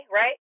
right